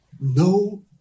No